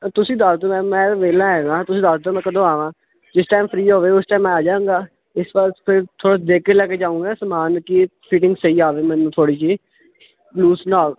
ਤੁਸੀਂ ਦੱਸ ਦਿਓ ਮੈਮ ਮੈਂ ਵਿਹਲਾ ਹੈਗਾ ਤੁਸੀਂ ਦੱਸ ਦੋ ਮੈਂ ਕਦੋਂ ਆਵਾ ਜਿਸ ਟਾਈਮ ਫਰੀ ਹੋਵੇ ਉਸ ਟਾਈਮ ਮੈਂ ਆ ਜਾਗਾ ਇਸ ਵਾਸਤੇ ਥੋੜਾ ਦੇਖ ਕੇ ਲੈ ਕੇ ਜਾਊਗਾ ਸਮਾਨ ਕੀ ਫਿਟਿੰਗ ਸਹੀ ਆਵੇ ਮੈਨੂੰ ਥੋੜੀ ਜਿਹੀ ਲੂਸ ਨਾ